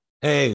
Hey